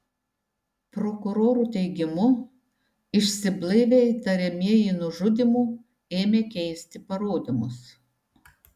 prokurorų teigimu išsiblaivę įtariamieji nužudymu ėmė keisti parodymus